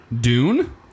Dune